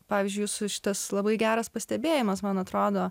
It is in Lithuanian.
pavyzdžiui jūsų šitas labai geras pastebėjimas man atrodo